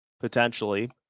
potentially